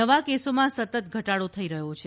નવા કેસોમાં સતત ઘટાડો થઈ રહ્યા છે